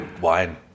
wine